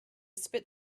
spit